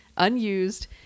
unused